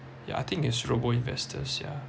ya I think is robo investors yeah